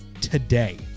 today